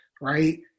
right